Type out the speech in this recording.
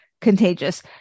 contagious